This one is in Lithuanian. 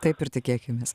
taip ir tikėkimės